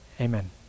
Amen